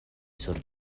sur